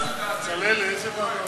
בצלאל, לאיזו ועדה?